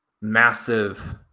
massive